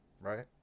right